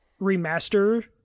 remaster